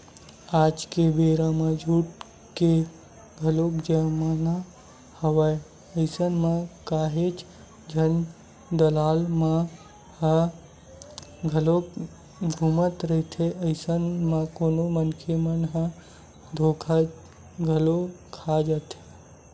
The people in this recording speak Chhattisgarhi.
आज के बेरा म लूट के घलोक जमाना हवय अइसन म काहेच झन दलाल मन ह घलोक घूमत रहिथे, अइसन म कोनो मनखे मन ह धोखा घलो खा जाथे